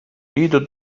liidu